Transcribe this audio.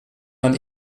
man